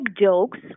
jokes